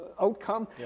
outcome